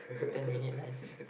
ten minutes less